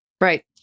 Right